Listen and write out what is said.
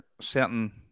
certain